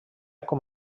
com